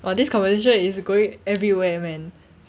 !wah! this conversation is going everywhere man